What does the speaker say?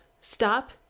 stop